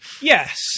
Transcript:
Yes